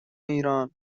ایران